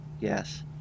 Yes